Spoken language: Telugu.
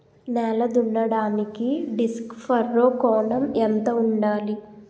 నేల దున్నడానికి డిస్క్ ఫర్రో కోణం ఎంత ఉండాలి?